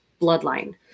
bloodline